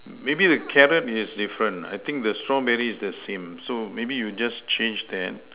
maybe the carrots is different I think the strawberry is the same so maybe you just change that